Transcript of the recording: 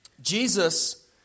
Jesus